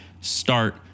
Start